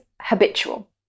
habitual